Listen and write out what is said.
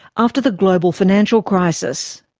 after the global financial crisis.